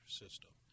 system